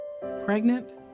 Pregnant